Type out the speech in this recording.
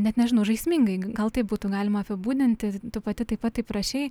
net nežinau žaismingai gal taip būtų galima apibūdinti tu pati tai pat taip rašei